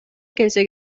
келсе